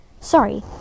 Sorry